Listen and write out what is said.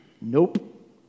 Nope